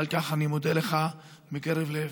ועל כך אני מודה לך מקרב לב.